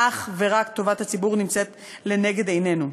אך ורק טובת הציבור לנגד עינינו.